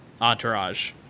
entourage